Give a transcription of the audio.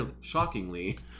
shockingly